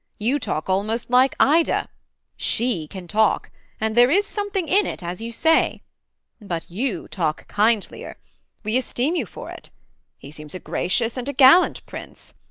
you talk almost like ida she can talk and there is something in it as you say but you talk kindlier we esteem you for it he seems a gracious and a gallant prince,